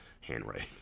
handwriting